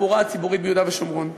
בתחבורה הציבורית ביהודה ושומרון.